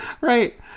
Right